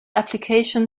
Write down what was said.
application